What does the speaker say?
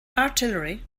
artillery